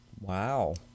Wow